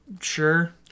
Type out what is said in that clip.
sure